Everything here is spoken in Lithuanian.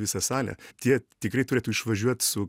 visą salė tie tikrai turėtų išvažiuot su